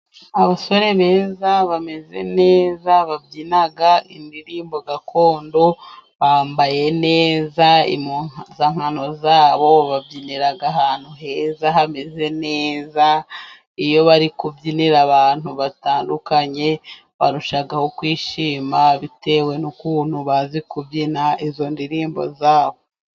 Abasore beza bameze neza babyina indirimbo gakondo bambaye neza impuzankano zabo. Babyinira ahantu heza hameze neza iyo bari kubyinira abantu batandukanye barushyaho kwishima bitewe n'ukuntu bazi kubyina izo ndirimbo zabo.